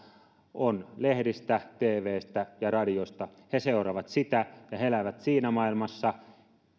on lehdistä tvstä ja radiosta he seuraavat sitä ja he elävät siinä maailmassa